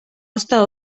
ozta